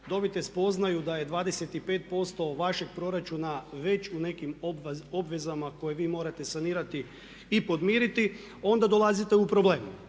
dobijete spoznaju da je 25% vašeg proračuna već u nekim obvezama koje vi morate sanirati i podmiriti onda dolazite u problem.